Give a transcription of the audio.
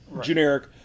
generic